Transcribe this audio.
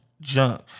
junk